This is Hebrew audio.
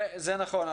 זה נכון.